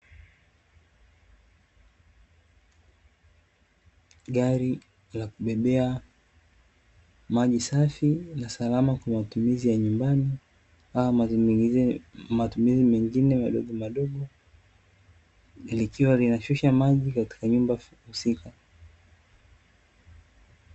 Gari la kubebea maji safi na salama kwa matumizi ya nyumbani ama nyingine matumizi mengine ya madogo madogo, likiwa linashusha maji katika nyumba husika.